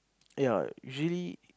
ya usually